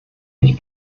nicht